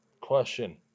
Question